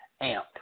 Amp